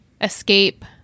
escape